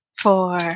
Four